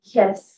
yes